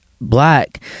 black